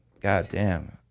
goddamn